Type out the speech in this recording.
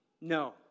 no